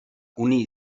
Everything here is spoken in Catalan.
unir